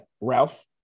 Ralph